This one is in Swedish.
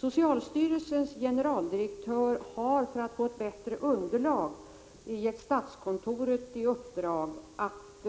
Socialstyrelsens generaldirektör har, för att få ett bättre underlag, gett statskontoret i uppdrag att